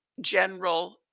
General